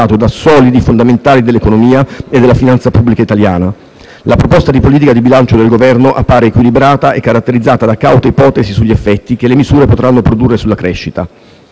da solidi fondamentali dell'economia e della finanza pubblica italiana. La proposta di politica di bilancio del Governo appare equilibrata e caratterizzata da caute ipotesi sugli effetti che le misure potranno produrre sulla crescita.